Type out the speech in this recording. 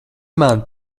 man